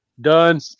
Done